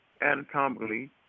anatomically